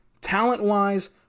talent-wise